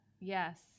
Yes